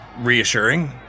reassuring